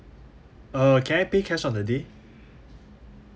uh can I pay cash on that day